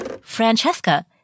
Francesca